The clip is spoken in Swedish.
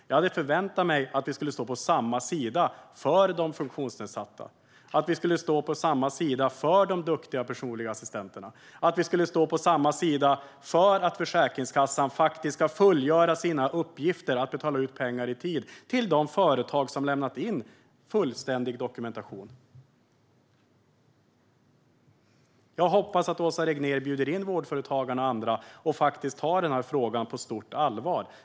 Jag hade förväntat mig att vi skulle stå på samma sida, för de funktionsnedsatta och för de duktiga personliga assistenterna och för att Försäkringskassan ska fullgöra sin uppgift att betala ut pengar i tid till de företag som har lämnat in fullständig dokumentation. Jag hoppas att Åsa Regnér bjuder in Vårdföretagarna och andra och att hon tar denna fråga på stort allvar.